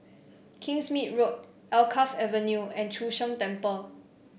Kingsmead Road Alkaff Avenue and Chu Sheng Temple